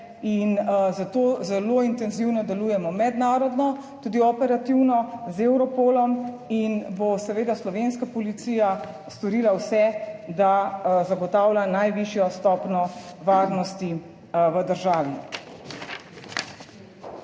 zato zelo intenzivno delujemo mednarodno, tudi operativno z Europolom in bo seveda slovenska policija storila vse, da zagotavlja najvišjo stopnjo **135.